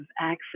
access